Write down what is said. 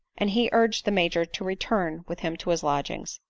and he urged the major to return with him to his lodgings.